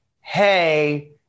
Hey